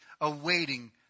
awaiting